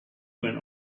when